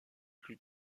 plus